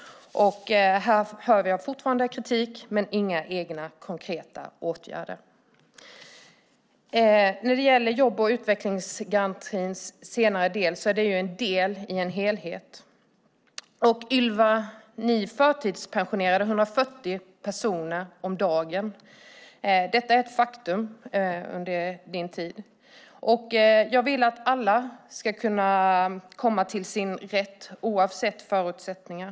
Här hör jag fortfarande kritik men inga egna konkreta åtgärder. När det gäller jobb och utvecklingsgarantins senare del är det en del i en helhet. Ylva Johansson, ni förtidspensionerade 140 personer om dagen under din tid. Detta är ett faktum. Jag vill att alla ska kunna komma till sin rätt oavsett förutsättningar.